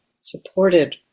supported